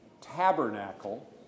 tabernacle